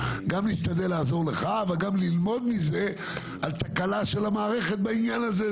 גם נשתדל לעזור לך וגם ללמוד מזה על תקלה של המערכת בעניין הזה,